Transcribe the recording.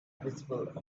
visible